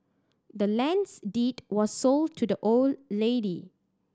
the land's deed was sold to the old lady